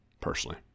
personally